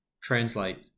Translate